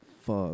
Fuck